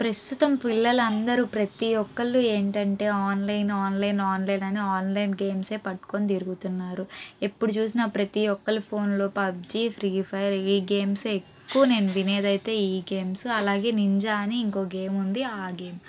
ప్రస్తుతం పిల్లలు అందరూ ప్రతి ఒక్కళ్ళు ఏంటంటే ఆన్లైన్ ఆన్లైన్ ఆన్లైన్ అని ఆన్లైన్ గేమ్స్ ఏ పట్టుకుని తిరుగుతున్నారు ఎప్పుడు చూసినా ప్రతి ఒక్కళ్ల ఫోన్లో పబ్జీ ఫ్రీఫైర్ ఈ గేమ్స్ ఎక్కువ నేను వినేదైతే ఈ గేమ్స్ అలాగే నింజా అని ఇంకో గేమ్ ఉంది ఆ గేమ్